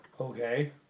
Okay